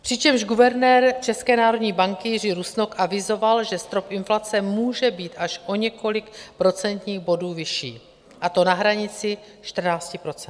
Přičemž guvernér České národní banky Jiří Rusnok avizoval, že strop inflace může být až o několik procentních bodů vyšší, a to na hranici 14 %.